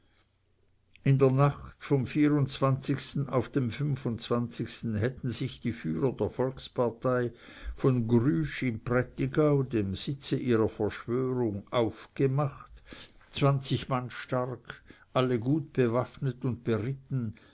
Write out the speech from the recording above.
in der nacht vom vierundzwanzigsten auf den fünfundzwanzigsten hätten sich die führer der volkspartei von grüsch im prätigau dem sitze ihrer verschwörung aufgemacht zwanzig mann stark alle gut bewaffnet und beritten